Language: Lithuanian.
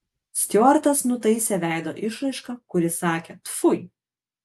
stiuartas nutaisė veido išraišką kuri sakė tfui